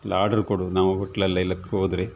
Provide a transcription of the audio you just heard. ಅಲ್ಲಿ ಆಡ್ರು ಕೊಡೋದು ನಾವು ಹೋಟ್ಲಲ್ ಎಲ್ಲಕ್ಕೆ ಹೋದ್ರೆ